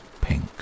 pink